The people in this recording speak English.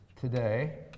today